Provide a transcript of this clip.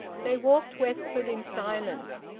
they walked westwards in silence.